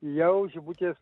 jau žibutės